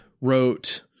wrote